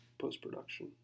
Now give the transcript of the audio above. post-production